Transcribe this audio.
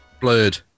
Blurred